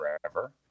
forever